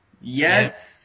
Yes